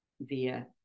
via